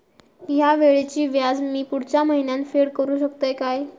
हया वेळीचे व्याज मी पुढच्या महिन्यात फेड करू शकतय काय?